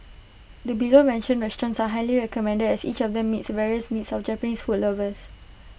the below mentioned restaurants are highly recommended as each of them meets various needs of Japanese food lovers